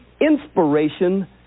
inspiration